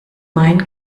mein